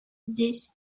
здесь